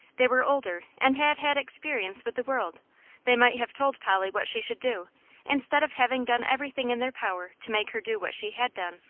they were older and had had experience with the world they might have told polly what she should do instead of having done everything in their power to make her do what she had done,